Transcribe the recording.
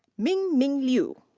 mingmin liu.